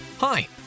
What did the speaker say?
Hi